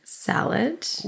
Salad